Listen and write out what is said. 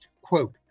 quote